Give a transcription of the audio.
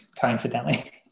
coincidentally